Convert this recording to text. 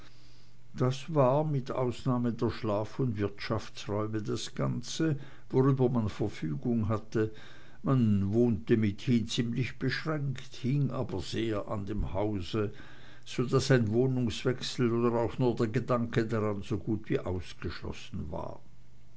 das war mit ausnahme der schlaf und wirtschaftsräume das ganze worüber man verfügung hatte man wohnte mithin ziemlich beschränkt hing aber sehr an dem hause so daß ein wohnungswechsel oder auch nur der gedanke daran so gut wie ausgeschlossen war